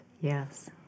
Yes